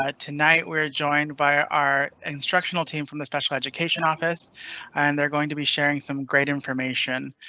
ah tonight we're joined by our instructional team from the special education office and they're going to be sharing some great information.